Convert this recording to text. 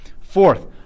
Fourth